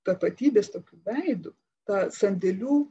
tapatybės tokiu veidu tą sandėlių